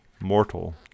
mortal